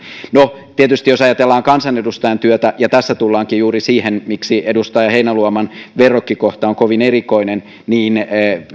no tietysti jos ajatellaan kansanedustajan työtä ja tässä tullaankin juuri siihen miksi edustaja heinäluoman verrokkikohta on kovin erikoinen niin